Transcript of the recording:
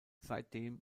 seitdem